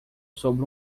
sobre